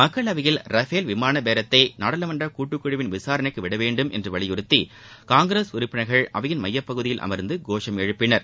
மக்களவையில் ரஃபேல் விமான பேரத்தை நாடாளுமன்ற கூட்டுக்குழு விசாரணைக்கு விட வேண்டுமென்று வலியுறத்தி காங்கிரஸ் உறுப்பினர்கள் அவையின் மையப்பகுதியில் அமர்ந்து கோஷம் எழுப்பினர்